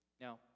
now